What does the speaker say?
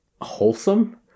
wholesome